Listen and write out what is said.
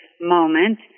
moment